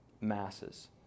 masses